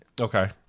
Okay